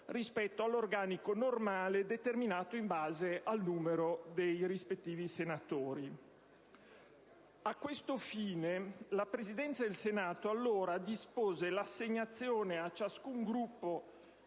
rispetto all'organico normale determinato in base al numero dei senatori. A tal fine la Presidenza del Senato allora dispose l'assegnazione a ciascun Gruppo